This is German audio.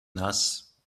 nass